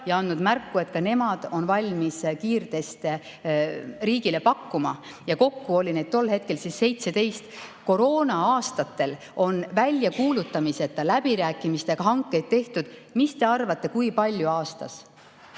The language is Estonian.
ja andnud märku, et ka nemad on valmis kiirteste riigile pakkuma. Kokku oli neid tol hetkel 17. Koroona-aastatel on väljakuulutamiseta läbirääkimistega hankeid tehtud, mis te arvate, kui palju aastas?